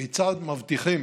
כיצד מבטיחים